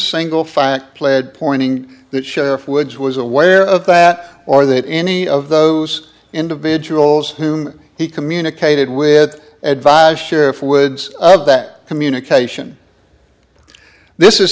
single fact pled pointing that sheriff woods was aware of that or that any of those individuals whom he communicated with advise sheriff woods that communication this is